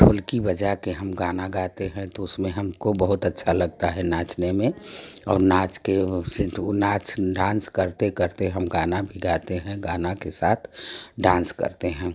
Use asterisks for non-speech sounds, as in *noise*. ढोलकी बजाके हम गाना गाते हैं तो उसमें हमको बहुत अच्छा लगता है नाचने में और नाचके *unintelligible* नाच डांस करते करते हम गाना भी गाते हैं गाना के साथ डांस करते हैं